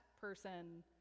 person